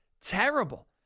Terrible